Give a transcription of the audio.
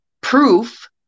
proof